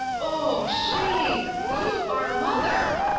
oh, shame! you, our mother!